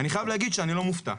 אני חייב להגיד שאני לא מופתע.